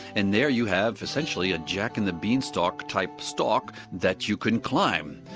and there you have essentially a jack-and-the-beanstalk-type stalk that you can climb,